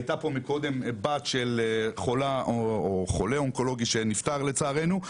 הייתה יש קודם בת של חולה אונקולוגי שנפטר לצערנו,